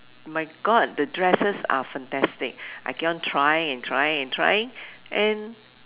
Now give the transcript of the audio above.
my God the dresses are fantastic I keep on trying and trying and trying and